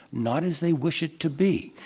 not as they wish it to be.